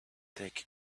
take